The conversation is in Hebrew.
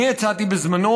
אני הצעתי בזמנו,